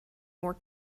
more